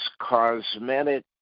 cosmetic